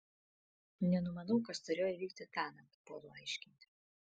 nenumanau kas turėjo įvykti tąnakt puolu aiškinti